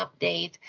update